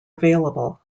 available